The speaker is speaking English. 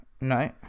No